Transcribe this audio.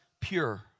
pure